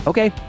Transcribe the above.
Okay